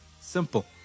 Simple